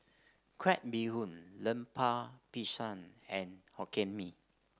Crab Bee Hoon Lemper Pisang and Hokkien Mee